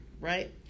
Right